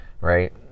Right